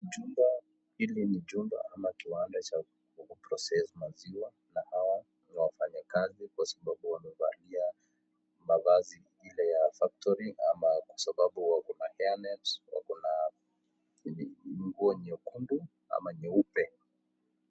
Jumba hili ni jumba au kiwanda cha ku process maziwa na hawa ni wafanyakazi kwa sababu wamevalia mavazi ile ya factory kwa sababu wako na hairnet , wako na nguo nyekundu ama nyeupe.